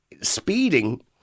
speeding